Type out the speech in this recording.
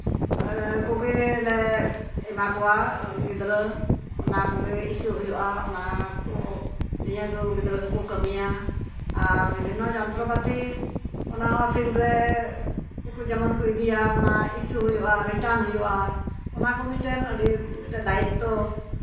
ᱠᱚᱜᱮᱞᱮ ᱮᱢᱟ ᱠᱚᱣᱟ ᱜᱤᱫᱽᱨᱟᱹ ᱚᱱᱟ ᱠᱚᱜᱮ ᱤᱥᱩ ᱦᱩᱭᱩᱜᱼᱟ ᱚᱱᱟ ᱠᱚ ᱱᱤᱭᱟᱹ ᱠᱚ ᱜᱤᱫᱽᱨᱟᱹ ᱠᱚᱠᱚ ᱠᱟᱹᱢᱤᱭᱟ ᱟᱨ ᱵᱤᱵᱷᱤᱱᱱᱚ ᱡᱚᱱᱛᱚᱨᱚᱯᱟᱛᱤ ᱚᱱᱟᱦᱚᱸ ᱯᱷᱤᱞᱰᱨᱮ ᱡᱮᱢᱚᱱ ᱤᱫᱤᱭᱟ ᱚᱱᱟ ᱤᱥᱩ ᱦᱩᱭᱩᱜᱼᱟ ᱨᱤᱴᱟᱨᱱ ᱦᱩᱭᱩᱜᱼᱟ ᱚᱱᱟ ᱠᱚ ᱢᱤᱫᱴᱮᱱ ᱫᱟᱭᱤᱛᱛᱚ